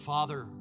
Father